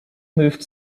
moved